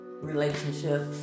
relationships